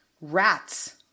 rats